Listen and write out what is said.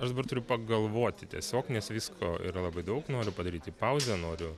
aš dabar turiu pagalvoti tiesiog nes visko yra labai daug noriu padaryti pauzę noriu